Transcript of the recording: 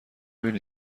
بینی